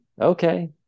Okay